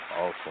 awesome